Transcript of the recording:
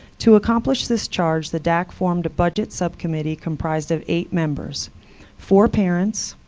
to accomplish this charge, the dac formed a budget subcommittee comprised of eight members four parents,